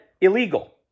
illegal